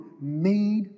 made